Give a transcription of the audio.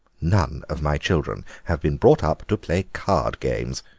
none of my children have been brought up to play card games,